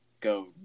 go